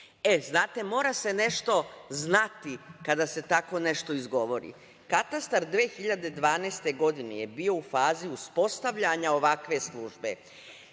E, znate, mora se nešto znati kada se tako nešto izgovori. Katastar 2012. godine je bio u fazi uspostavljanja ovakve službe.